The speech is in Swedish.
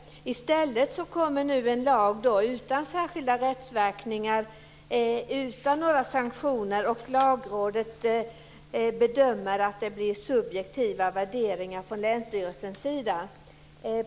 I stället kommer nu en lag utan särskilda rättsverkningar, utan några sanktioner, och Lagrådet bedömer att det blir subjektiva värderingar från länsstyrelsens sida.